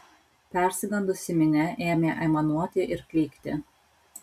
persigandusi minia ėmė aimanuoti ir klykti